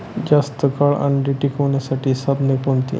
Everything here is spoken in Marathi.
जास्त काळ अंडी टिकवण्यासाठी साधने कोणती?